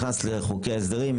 סוף- סוף נגמור את הסוגיה הזו.